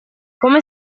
come